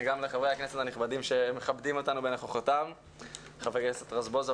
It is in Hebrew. טוב לחברי הכנסת הנכבדים שמכבדים אותנו בנוכחותם ולמשתתפים שאיתנו בזום.